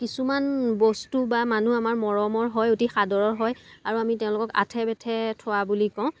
কিছুমান বস্তু বা মানুহ আমাৰ মৰমৰ হয় অতি সাদৰৰ হয় আৰু আমি তেওঁলোকক আথে বেথে থোৱা বুলি কওঁ